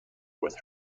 with